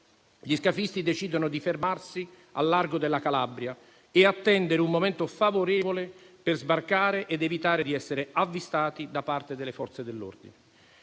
gli scafisti decidono di fermarsi al largo della Calabria e attendere un momento favorevole per sbarcare ed evitare di essere avvistati da parte delle Forze dell'ordine.